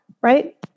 right